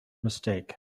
mistake